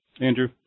Andrew